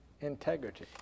integrity